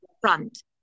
front